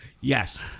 Yes